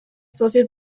socios